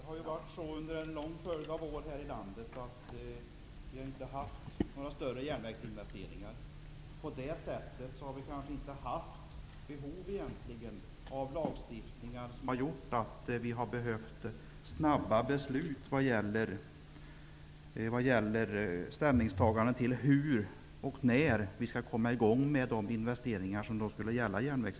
Herr talman! Under en lång följd av år har inga större järnvägsinvesteringar gjorts i det här landet. På det sättet har det kanske egentligen inte funnits behov av lagstiftningar som har krävt snabba beslut och ställningstaganden om hur och när järnvägsinvesteringar skall komma i gång.